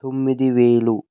తొమ్మిది వేలు